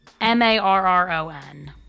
M-A-R-R-O-N